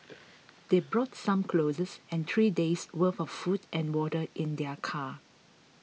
they brought some clothes and three days worth of food and water in their car